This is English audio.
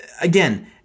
again